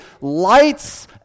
lights